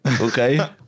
Okay